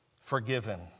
Forgiven